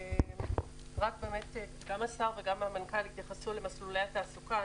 גם השר וגם המנכ"ל התייחסו למסלולי התעסוקה.